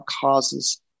causes